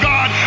God